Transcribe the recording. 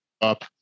up